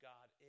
God